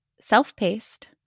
self-paced